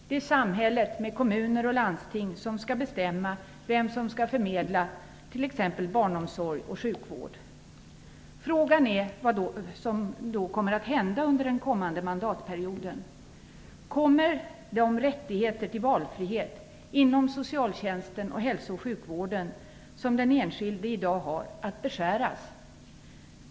Det är samhället med kommuner och landsting som skall bestämma vem som skall förmedla t.ex. barnomsorg och sjukvård. Frågan är då vad som kommer att hända under den kommande mandatperioden. Kommer de rättigheter beträffande valfrihet inom socialtjänsten och hälsooch sjukvården som den enskilde i dag har att beskäras?